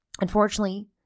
Unfortunately